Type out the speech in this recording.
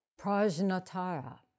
Prajnatara